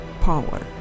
power